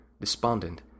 despondent